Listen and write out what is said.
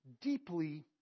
deeply